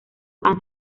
han